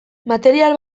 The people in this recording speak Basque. material